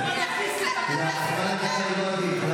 מי הכניס להם את דבק